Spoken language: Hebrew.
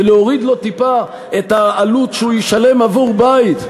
ולהוריד לו טיפה את העלות שהוא ישלם עבור בית,